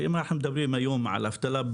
ואם אנחנו מדברים היום על אבטלה,